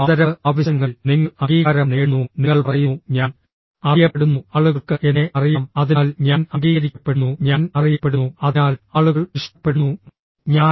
ആദരവ് ആവശ്യങ്ങളിൽ നിങ്ങൾ അംഗീകാരം നേടുന്നു നിങ്ങൾ പറയുന്നു ഞാൻ അറിയപ്പെടുന്നു ആളുകൾക്ക് എന്നെ അറിയാം അതിനാൽ ഞാൻ അംഗീകരിക്കപ്പെടുന്നു ഞാൻ അറിയപ്പെടുന്നു അതിനാൽ ആളുകൾ ഇഷ്ടപ്പെടുന്നു ഞാൻ